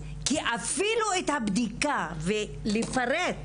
כי אפילו את הבדיקה והפירוט